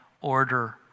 order